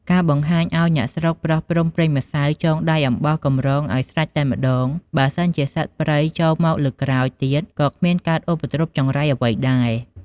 ការបង្ហាញអោយអ្នកស្រុកប្រោះព្រំប្រេងម្សៅចងដៃអំបោះកំរងអោយស្រេចតែម្តង បើសិនជាមានសត្វព្រៃចូលមកលើកក្រោយទៀតក៏គ្មានកើតឧបទ្រពចង្រៃអ្វីដែរ។